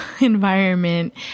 environment